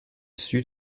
sud